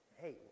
Hey